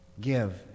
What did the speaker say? Give